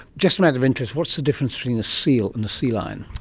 just and out of interest, what's the difference between a seal and a sea lion?